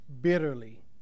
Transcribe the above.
bitterly